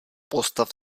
postav